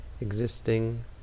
existing